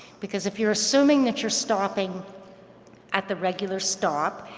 because if you're assuming that you're stopping at the regular stop,